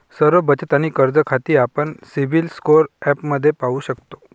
सर्व बचत आणि कर्ज खाती आपण सिबिल स्कोअर ॲपमध्ये पाहू शकतो